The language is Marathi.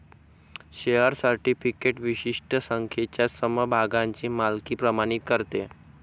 शेअर सर्टिफिकेट विशिष्ट संख्येच्या समभागांची मालकी प्रमाणित करते